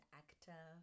actor